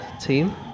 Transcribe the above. team